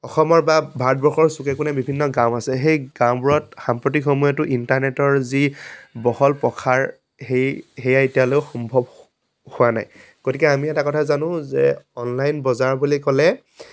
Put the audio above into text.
অসমৰ বা ভাৰতবৰ্ষৰ চুকে কোণে বিভিন্ন গাঁও আছে সেই গাঁওবোৰত সাম্প্ৰতিক সময়তো ইণ্টাৰনেটৰ যি বহল প্ৰসাৰ সেই সেয়া এতিয়ালৈ সম্ভৱ হোৱা নাই গতিকে আমি এটা কথা জানো যে অনলাইন বজাৰ বুলি ক'লে